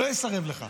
לא אסרב לך.